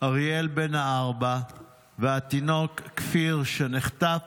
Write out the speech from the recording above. אריאל בן הארבע והתינוק כפיר, שנחטף